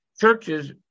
churches